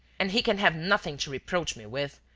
and he can have nothing to reproach me with.